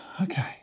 okay